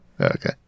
Okay